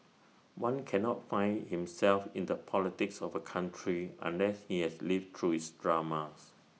one cannot find himself in the politics of A country unless he has lived through its dramas